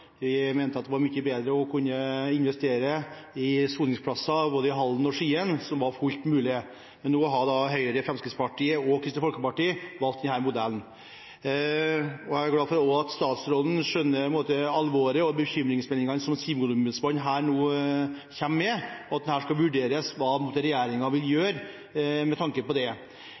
Vi mente at det hadde vært mye bedre å investere i soningsplasser i både Halden og Skien, noe som var fullt mulig. Men nå har Høyre, Fremskrittspartiet og Kristelig Folkeparti valgt denne modellen. Jeg er glad for at statsråden skjønner alvoret i bekymringsmeldingen som Sivilombudsmannen nå kommer med, og at det skal vurderes hva regjeringen vil gjøre med tanke på det.